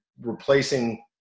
replacing –